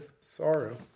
sorrow